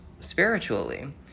spiritually